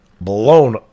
blown